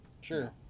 Sure